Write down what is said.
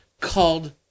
called